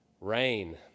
rain